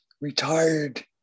retired